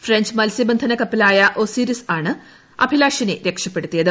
French മത്സ്യബന്ധന കപ്പലായ Osiris ആണ് അഭിലാഷിനെ രക്ഷപ്പെടുത്തിയത്